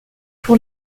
pour